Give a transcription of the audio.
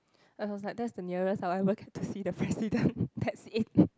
I was like that's the nearest I'll ever get to see the President that's it